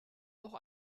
auch